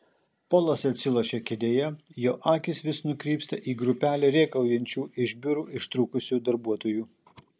polas atsilošia kėdėje jo akys vis nukrypsta į grupelę rėkaujančių iš biurų ištrūkusių darbuotojų